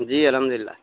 جی الحمد للہ